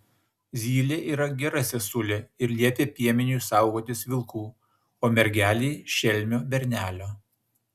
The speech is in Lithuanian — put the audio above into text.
zylė yra gera sesulė ir liepia piemeniui saugotis vilkų o mergelei šelmio bernelio